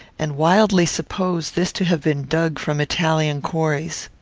and wildly supposed this to have been dug from italian quarries.